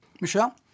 Michelle